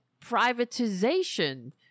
privatization